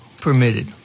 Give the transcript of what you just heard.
permitted